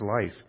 life